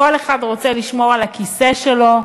כל אחד רוצה לשמור על הכיסא שלו,